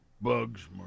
Bugs